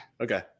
Okay